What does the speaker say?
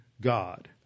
God